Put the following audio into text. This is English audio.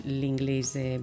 l'inglese